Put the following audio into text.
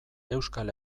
euskal